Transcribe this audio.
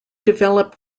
developed